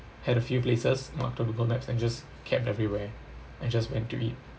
had a few places not typical maps and just kept everywhere and just went to eat